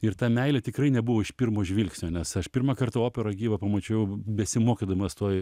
ir ta meilė tikrai nebuvo iš pirmo žvilgsnio nes aš pirmą kartą operą gyvą pamačiau besimokydamas toj